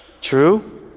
True